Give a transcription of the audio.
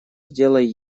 сделай